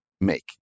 make